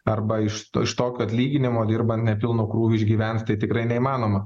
arba iš iš tokio atlyginimo dirbant nepilnu krūviu išgyvent tai tikrai neįmanoma